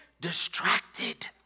distracted